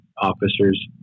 officers